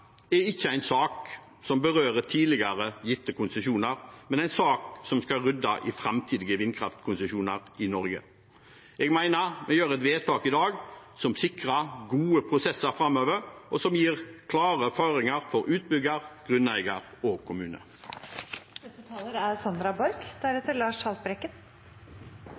er ikke en sak som berører tidligere gitte konsesjoner, men en sak som skal rydde i framtidige vindkraftkonsesjoner i Norge. Jeg mener vi gjør vedtak i dag som sikrer gode prosesser framover, og som gir klare føringer for utbygger, grunneier og